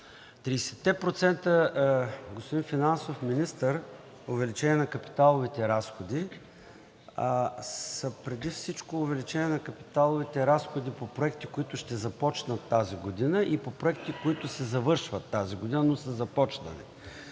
господин финансов Министър, увеличение на капиталовите разходи са преди всичко увеличение на капиталовите разходи по проекти, които ще започнат тази година, и по проекти, които се завършват тази година, но са започнали.